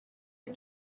you